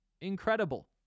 incredible